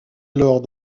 alors